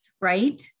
right